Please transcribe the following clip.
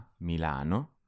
Milano